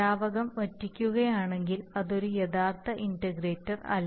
ദ്രാവകം വറ്റിക്കുകയാണെങ്കിൽ അത് ഒരു യഥാർത്ഥ ഇന്റഗ്രേറ്റർ അല്ല